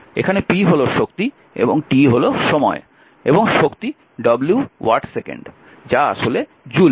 এখানে p হল শক্তি এবং t হল সময় এবং শক্তি w ওয়াট সেকেন্ড যা আসলে জুল